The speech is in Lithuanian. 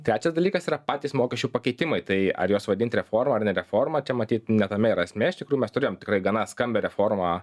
trečias dalykas yra patys mokesčių pakeitimai tai ar juos vadint reforma ar ne reforma čia matyt ne tame yra esmė iš tikrų mes turėjom tikrai gana skambią reformą